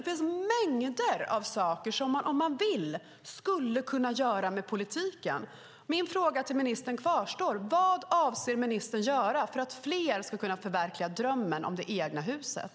Det finns mängder av saker som man, om man vill, skulle kunna göra med politiken. Min fråga till ministern kvarstår: Vad avser ministern att göra för att fler ska kunna förverkliga drömmen om det egna huset?